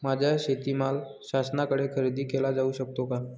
माझा शेतीमाल शासनाकडे खरेदी केला जाऊ शकतो का?